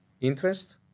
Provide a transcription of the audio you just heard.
Interest